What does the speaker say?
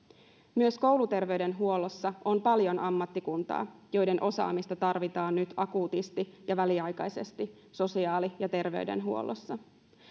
myös kouluterveydenhuollossa on paljon ammattikuntaa jonka osaamista tarvitaan nyt akuutisti ja väliaikaisesti sosiaali ja terveydenhuollossa